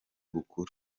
bukuru